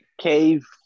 Cave